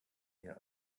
mir